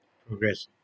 progress